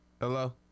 Hello